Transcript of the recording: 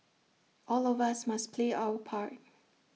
all of us must play our part